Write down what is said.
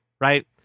Right